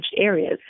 areas